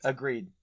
Agreed